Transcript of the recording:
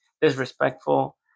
disrespectful